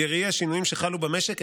בראי השינויים שחלו במשק,